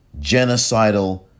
genocidal